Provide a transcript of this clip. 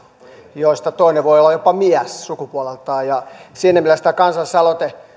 joista toinen voi olla jopa mies sukupuoleltaan siinä mielessä tämä kansalais aloite